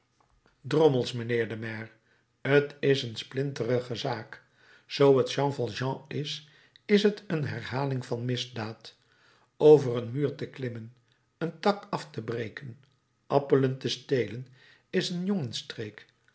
drommels mijnheer de maire t is een splinterige zaak zoo t jean valjean is is t een herhaling van misdaad over een muur te klimmen een tak af te breken appelen te stelen is een